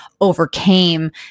overcame